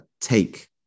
take